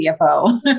CFO